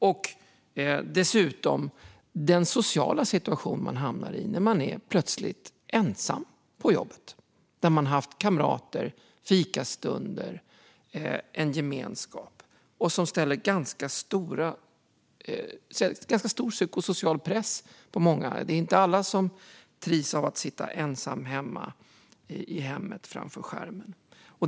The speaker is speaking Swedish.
Det handlar dessutom om den sociala situation man hamnar i när man plötsligt är ensam på jobbet. Tidigare har man haft kamrater, fikastunder och en gemenskap. Det sätter ganska stor psykosocial press på många. Inte alla trivs med att sitta ensam hemma framför skärmen.